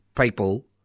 people